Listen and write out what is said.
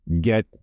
get